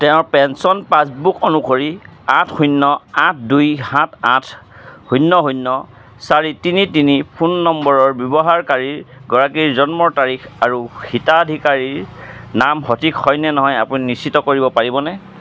তেওঁৰ pension passbook অনুসৰি আঠ শূন্য আঠ দুই সাত আঠ শূন্য শূন্য চাৰি তিনি তিনি ফোন নম্বৰৰ ব্যৱহাৰকাৰী গৰাকীৰ জন্মৰ তাৰিখ আৰু হিতাধিকাৰীৰ নাম সঠিক হয়নে নহয় আপুনি নিশ্চিত কৰিব পাৰিবনে